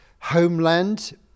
homeland